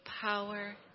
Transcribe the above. power